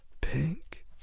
pink